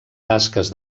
tasques